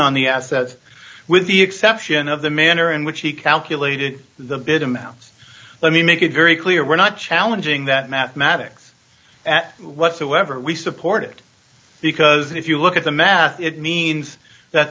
on the assets with the exception of the manner in which he calculated the bid amounts let me make it very clear we're not challenging that mathematics at whatsoever we support it because if you look at the math it means that